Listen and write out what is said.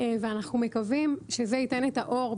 ואנחנו מקווים שזה ייתן את האור,